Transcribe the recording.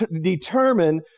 determine